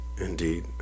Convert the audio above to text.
Indeed